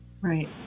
Right